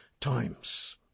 times